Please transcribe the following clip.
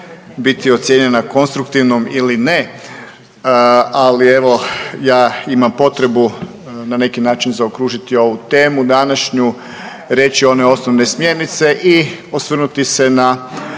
biti ocijenjena konstruktivnom ili ne, ali evo ja imam potrebu na neki način zaokružiti ovu temu današnju, reći one osnovne smjernice i osvrnuti se na